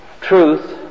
truth